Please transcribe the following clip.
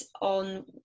on